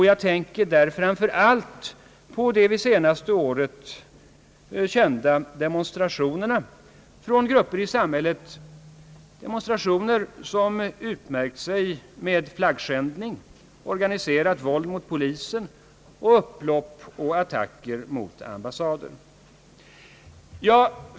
Jag tänker framför allt på det senaste årets demonstrationer från olika grupper i samhället — demonstrationer som utmärkt sig för flaggskändning, organiserat våld mot polisen, upplopp och attacker mot ambassader.